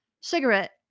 cigarette